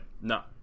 no